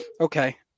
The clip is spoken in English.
Okay